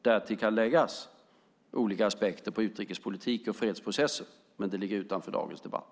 Därtill kan läggas olika aspekter på utrikespolitik och fredsprocesser, men det ligger utanför dagens debatt.